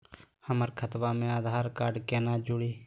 हमर खतवा मे आधार कार्ड केना जुड़ी?